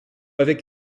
avec